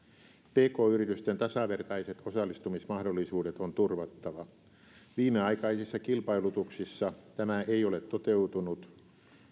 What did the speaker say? pk yritysten tasavertaiset osallistumismahdollisuudet on turvattava viimeaikaisissa kilpailutuksissa tämä ei ole toteutunut